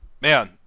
Man